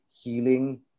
healing